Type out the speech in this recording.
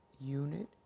Unit